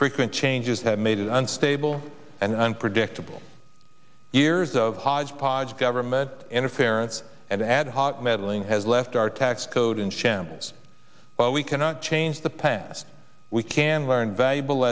frequent changes have made it unstable and unpredictable years of hodgepodge government interference and ad hoc meddling has left our tax code in shambles but we cannot change the past we can learn valuable